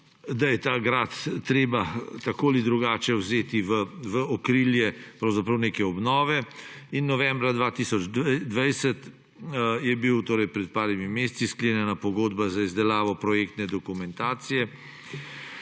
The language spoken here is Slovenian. da je ta grad treba tako ali drugače vzeti v okrilje pravzaprav neke obnove in novembra 2020 je bila, torej pred nekaj meseci, sklenjena pogodba za izdelavo projektne dokumentacije,